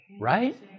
Right